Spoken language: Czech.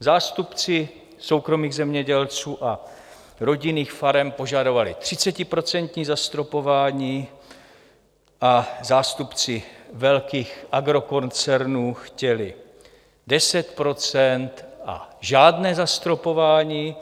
Zástupci soukromých zemědělců a rodinných farem požadovali 30% zastropování a zástupci velkých agrokoncernů chtěli 10 % a žádné zastropování.